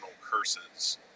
curses